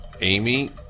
Amy